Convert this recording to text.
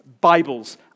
Bibles